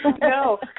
No